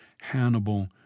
Hannibal